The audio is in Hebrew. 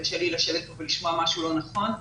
קשה לי לשבת כאן ולשמוע משהו לא נכון.